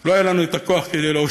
שלא היה לנו את הכוח להושיע,